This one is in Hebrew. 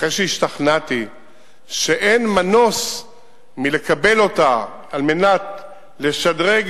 אחרי שהשתכנעתי שאין מנוס מלקבל אותה על מנת לשדרג